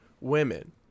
Women